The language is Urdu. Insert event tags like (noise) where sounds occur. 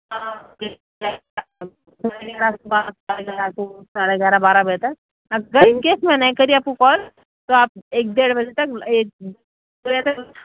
(unintelligible) ساڑھے گیارہ کو ساڑھے گیارہ بارہ بجے تک اگر ان کیس میں نہیں کی آپ کو کال تو آپ ایک ڈیڑھ بجے تک ایک بجے تک